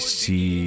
see